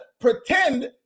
pretend